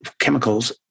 chemicals